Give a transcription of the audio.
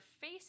face